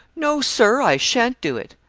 no, sir, i shan't do it.